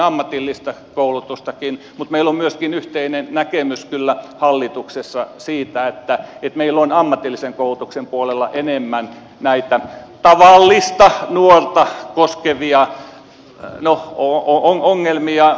mutta meillä on myöskin yhteinen näkemys kyllä hallituksessa siitä että meillä on ammatillisen koulutuksen puolella enemmän näitä tavallista nuorta koskevia ongelmia